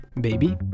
baby